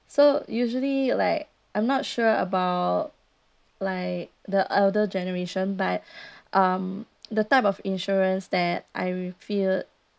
so usually like I'm not sure about like the elder generation but um the type of insurance that I will feel